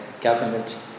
government